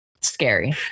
scary